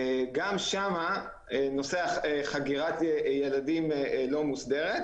גם שם נושא חגירת הילדים לא מוסדר.